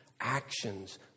actions